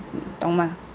懂吗